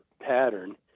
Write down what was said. pattern